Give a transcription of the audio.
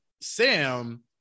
sam